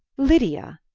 lydia!